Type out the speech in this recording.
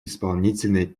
исполнительной